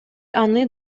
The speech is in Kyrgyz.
аны